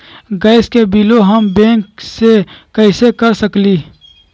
Gas के बिलों हम बैंक से कैसे कर सकली?